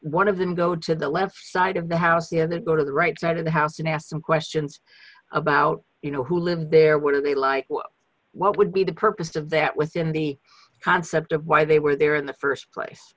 one of them go to the left side of the house the other go to the right side of the house and ask them questions about you know who lived there what are they like what would be the purpose of that within the concept of why they were there in the st place